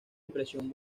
impresión